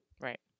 right